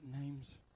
names